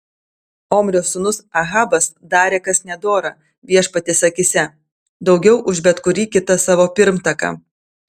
omrio sūnus ahabas darė kas nedora viešpaties akyse daugiau už bet kurį kitą savo pirmtaką